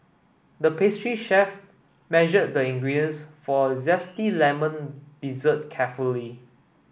the pastry chef measured the ingredients for a zesty lemon dessert carefully